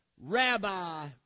Rabbi